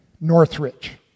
Northridge